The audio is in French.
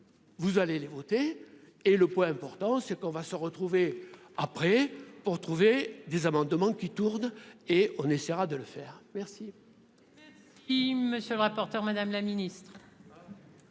Vous allez les voter et le point important ce qu'on va se retrouver après pour trouver des amendements qui tourne et on essaiera de le faire, merci. Y'monsieur le rapporteur, Madame la Ministre.